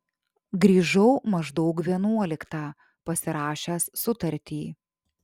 grįžau maždaug vienuoliktą pasirašęs sutartį